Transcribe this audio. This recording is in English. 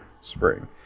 spring